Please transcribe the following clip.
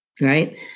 right